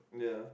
yeah